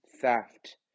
theft